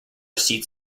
seats